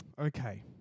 Okay